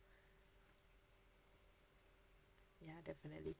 ya definitely